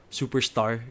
superstar